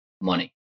Money